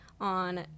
on